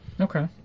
Okay